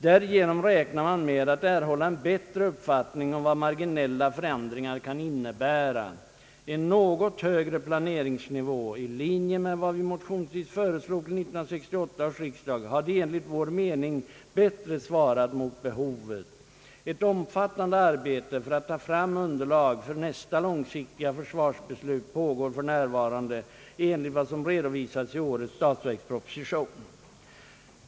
Därigenom räknar man med att få en bättre uppfattning om vad marginella för ändringar kan innebära. En något högre planeringsnivå, i linje med vad vi motionsvis föreslog 1968 års riksdag, hade enligt vår mening bättre svarat mot behovet. Ett omfattande arbete för att ta fram underlag för nästa långsiktiga försvarsbeslut pågår för närvarande enligt vad som redovisats i årets statsverksproposition.